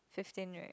fifteen right